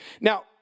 Now